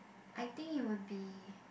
I think it would be